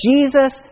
Jesus